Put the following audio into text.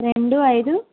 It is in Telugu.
రెండు ఐదు